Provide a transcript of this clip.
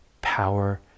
power